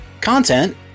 content